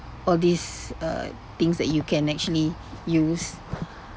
all these uh things that you can actually use